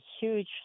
Huge